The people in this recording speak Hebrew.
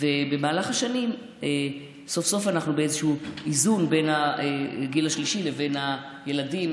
במהלך השנים אנחנו סוף-סוף באיזשהו איזון בין הגיל השלישי לבין הילדים.